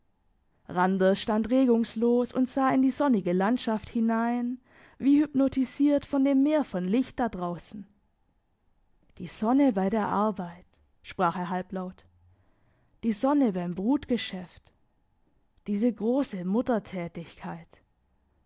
randers stand regungslos und sah in die sonnige landschaft hinein wie hypnotisiert von dem meer von licht da draussen die sonne bei der arbeit sprach er halblaut die sonne beim brutgeschäft diese grosse